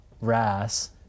Rass